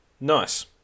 Nice